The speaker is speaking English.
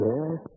Yes